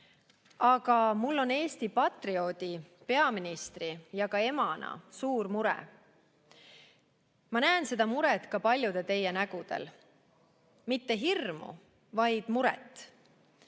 Aga mul on Eesti patrioodi, peaministri ja ka emana suur mure. Ma näen seda muret ka teist paljude nägudel, mitte hirmu, vaid muret.